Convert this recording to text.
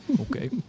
Okay